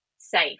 safe